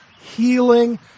healing